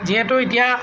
যিহেতু এতিয়া